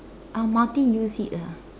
I'll multi use it lah